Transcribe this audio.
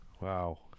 Wow